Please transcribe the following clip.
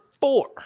four